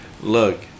look